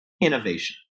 innovation